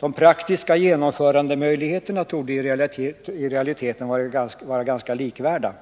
De praktiska genomförandemöjligheterna torde i realiteten vara tämligen likvärdiga.